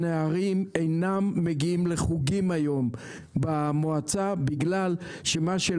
להיתלות במה שאמרה שרת התחבורה.